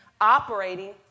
operating